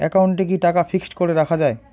একাউন্টে কি টাকা ফিক্সড করে রাখা যায়?